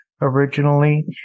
originally